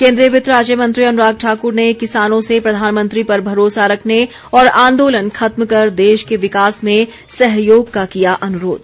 केन्द्रीय वित्त राज्य मंत्री अनुराग ठाकुर ने किसानों से प्रधानमंत्री पर भरोसा रखने और आंदोलन खत्म कर देश के विकास में सहयोग का किया अनुरोध